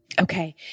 Okay